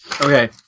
Okay